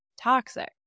toxic